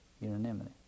unanimity